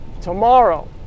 tomorrow